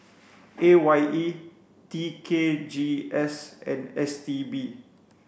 A Y E T K G S and S T B